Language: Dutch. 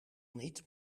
niet